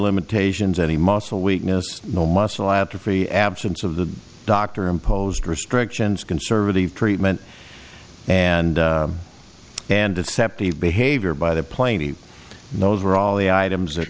limitations any muscle weakness no muscle atrophy absence of the dr imposed restrictions conservative treatment and and deceptive behavior by the plane he knows where all the items that